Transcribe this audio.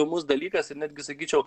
įdomus dalykas ir netgi sakyčiau